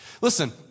Listen